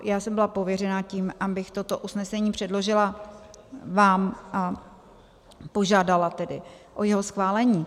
Já jsem byla pověřena tím, abych toto usnesení předložila vám, a požádala tedy o jeho schválení.